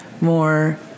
more